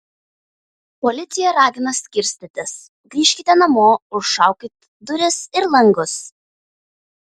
policija ragina skirstytis grįžkite namo užšaukit duris ir langus